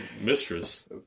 mistress